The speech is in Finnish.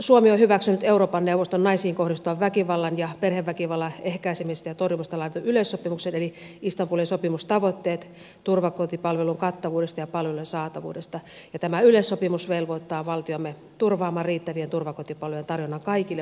suomi on hyväksynyt euroopan neuvoston naisiin kohdistuvan väkivallan ja perheväkivallan ehkäisemisestä ja torjumisesta laaditun yleissopimuksen eli istanbulin sopimuksen tavoitteet turvakotipalvelun kattavuudesta ja palvelujen saatavuudesta ja tämä yleissopimus velvoittaa valtiomme turvaamaan riittävien turvakotipalvelujen tarjonnan kaikille palveluja tarvitseville